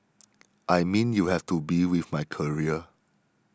I mean you have to be with my career